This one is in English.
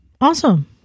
Awesome